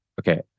Okay